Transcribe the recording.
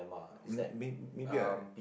uh may maybe I like